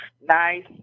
nice